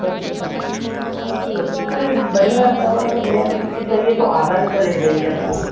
सब सब से बढ़िया चावल अगर बिरयानी के लिए चाहिए तो अदानी का ले जाइए आप को